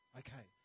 okay